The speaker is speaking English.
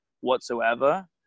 whatsoever